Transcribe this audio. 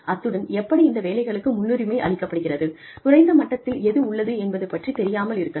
அத்துடன் எப்படி இந்த வேலைகளுக்கு முன்னுரிமை அளிக்கப்படுகிறது குறைந்த மட்டத்தில் எது உள்ளது என்பது பற்றித் தெரியாமல் இருக்கலாம்